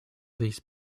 these